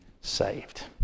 saved